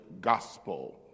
gospel